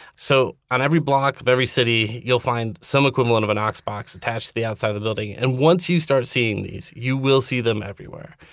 so on every block every city, you'll find some equivalent of a knox box attached to the outside of the building. and once you start seeing these, you will see them everywhere.